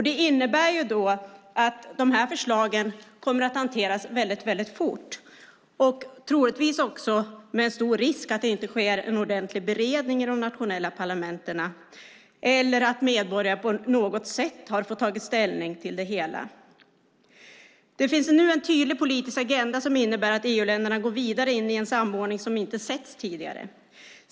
Det innebär att de här förslagen kommer att hanteras väldigt fort, troligtvis också med stor risk för att det inte sker en ordentlig beredning i de nationella parlamenten och utan att medborgarna på något sätt har fått ta ställning till det hela. Det finns nu en tydlig politisk agenda som innebär att EU-länderna går vidare in i en samordning som inte setts tidigare.